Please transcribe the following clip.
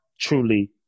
truly